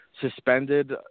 suspended